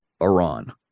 Iran